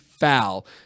foul